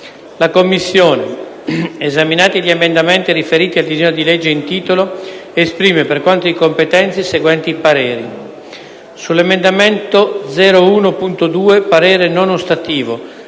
permanente, esaminati gli emendamenti riferiti al disegno di legge in titolo, esprime, per quanto di competenza, i seguenti pareri: sull’emendamento 01.2 parere non ostativo,